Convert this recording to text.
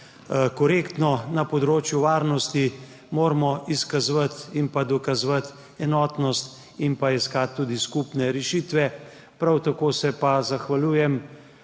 korektno. Na področju varnosti moramo izkazovati in dokazovati enotnost ter iskati tudi skupne rešitve. Prav tako pa se zahvaljujem,